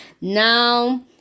Now